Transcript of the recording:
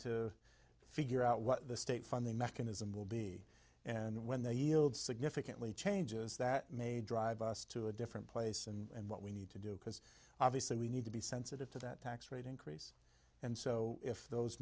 to figure out what the state funding mechanism will be and when they yield significantly changes that may drive us to a different place and what we need to do because obviously we need to be sensitive to that tax rate increased and so if those